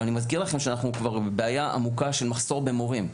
אני מזכיר שאנחנו בבעיה עמוקה של מחסור במורים.